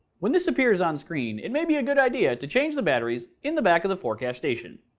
when this appears on screen, it may be a good idea to change the batteries in the back of the forecast station.